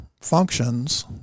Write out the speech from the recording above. functions